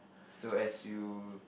so as you